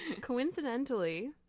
Coincidentally